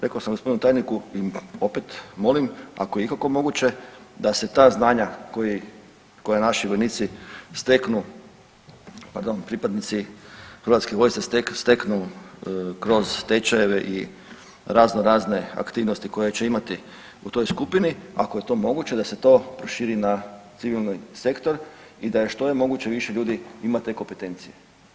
Rekao sam gospodinu tajniku i opet molim ako je ikako moguće da se ta znanja koja naši vojnici steknu, pardon pripadnici hrvatske vojske steknu kroz tečajeve i razno razne aktivnosti koje će imati u toj skupini ako je moguće da se to proširi na civilni sektor i da je što je moguće više ljudi ima te kompetencije.